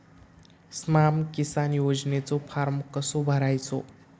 स्माम किसान योजनेचो फॉर्म कसो भरायचो?